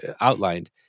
outlined